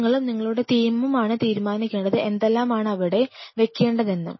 നിങ്ങളും നിങ്ങളുടെ ടീമുമാണ് തീരുമാനിക്കേണ്ടത് എന്തെല്ലാമാണവിടെ വെയ്ക്കേണ്ടതെന്ന്